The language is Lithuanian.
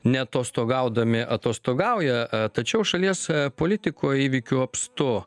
neatostogaudami atostogauja tačiau šalies politikoj įvykių apstu